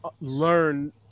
learn